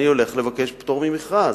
אני הולך לבקש פטור ממכרז.